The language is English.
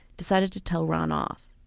decided to tell ron off.